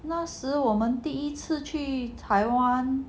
那时我们第一次去 taiwan